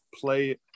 play